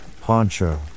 poncho